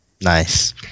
Nice